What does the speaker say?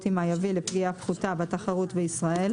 עימה יביא לפגיעה פחותה בתחרות בישראל,